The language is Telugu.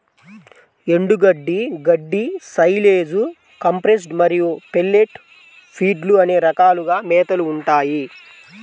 ఎండుగడ్డి, గడ్డి, సైలేజ్, కంప్రెస్డ్ మరియు పెల్లెట్ ఫీడ్లు అనే రకాలుగా మేతలు ఉంటాయి